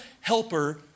helper